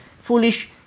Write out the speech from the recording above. foolish